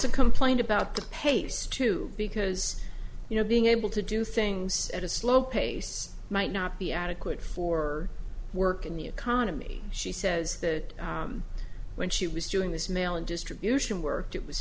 a complaint about the pace too because you know being able to do things at a slow pace might not be adequate for work in the economy she says that when she was doing this mail and distribution work it was